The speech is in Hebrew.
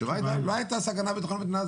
התשובה הייתה, לא הייתה סכנה לביטחון המדינה.